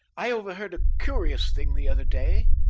i overheard a curious thing the other day,